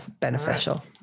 beneficial